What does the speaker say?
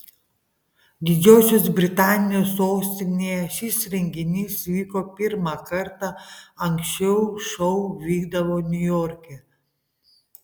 didžiosios britanijos sostinėje šis renginys vyko pirmą kartą anksčiau šou vykdavo niujorke